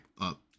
up